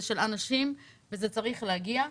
הם של אנשים וזה צריך להגיע אליהם.